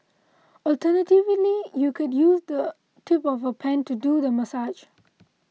alternatively you can use the tip of a pen to do the massage